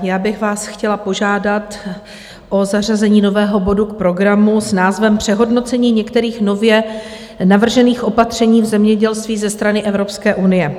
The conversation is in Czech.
Chtěla bych vás požádat o zařazení nového bodu do programu s názvem Přehodnocení některých nově navržených opatření v zemědělství ze strany Evropské unie.